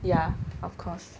ya of course